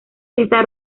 está